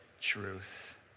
truth